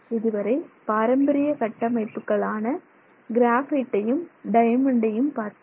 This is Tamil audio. இதுவரை பாரம்பரிய கட்டமைப்புகளான கிராபைட்டையும் டயமண்டையும் பார்த்தோம்